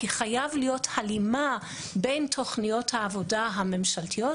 כי חייבת להיות הלימה בין תוכניות העבודה הממשלתיות,